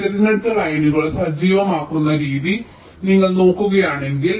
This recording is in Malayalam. അതിനാൽ തിരഞ്ഞെടുത്ത ലൈനുകൾ സജീവമാക്കുന്ന രീതി നിങ്ങൾ നോക്കുകയാണെങ്കിൽ